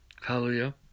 Hallelujah